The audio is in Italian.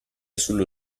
sullo